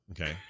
okay